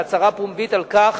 הצהרה פומבית על כך